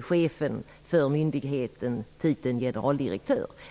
chefen titeln generaldirektör.